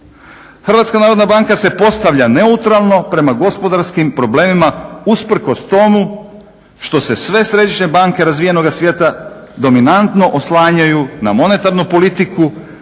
HNB-a. HNB se postavlja neutralno prema gospodarskim problemima usprkos tomu što se sve središnje banke razvijenoga svijeta dominantno oslanjaju na monetarnu politiku